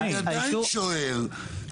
אני עדיין שואל,